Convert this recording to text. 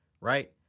right